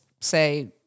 say